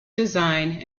design